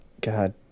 God